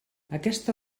aquesta